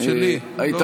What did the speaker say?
מיקי